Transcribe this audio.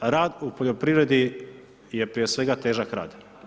Rad u poljoprivredi, je prije svega težak rad.